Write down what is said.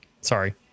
Sorry